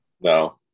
No